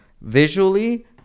visually